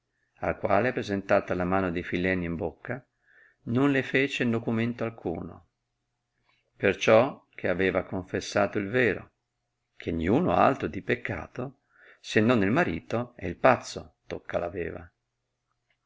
al quale presentata la mano di filenia in bocca non le fece nocumento alcuno perciò che aveva confessato il vero che niuno altro di peccato se non il marito ed il pazzo tocca